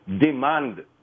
demand